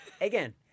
Again